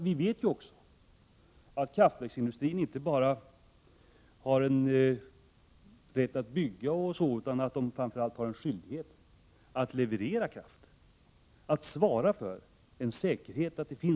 Vi vet ju att kraftverksindustrin har en skyldighet att leverera kraft, att svara för att det säkert finns kraft.